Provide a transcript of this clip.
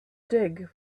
dig